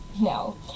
No